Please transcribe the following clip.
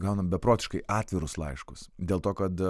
gaunam beprotiškai atvirus laiškus dėl to kad